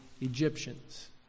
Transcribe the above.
Egyptians